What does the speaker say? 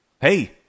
hey